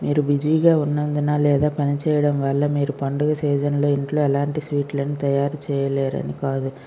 మీరు బిజీ గా ఉన్నందున లేదా పనిచేయడం వల్ల మీరు పండుగ సీజన్ లో ఇంట్లో ఎలాంటి స్వీట్ లను తయారు చేయలేరని కాదు